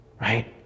Right